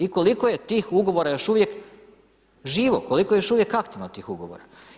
I koliko je tih ugovora još uvijek živo, koliko je još uvijek aktivno tih ugovora.